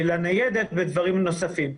לניידת בדברים נוספים.